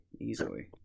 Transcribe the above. easily